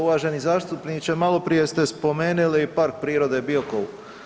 Uvaženi zastupniče, malo prije ste spomenuli Park prirode Biokovo.